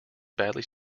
badly